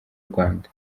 rwanda